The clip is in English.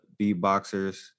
beatboxers